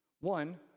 One